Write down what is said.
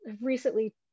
recently